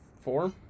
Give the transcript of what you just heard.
four